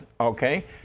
okay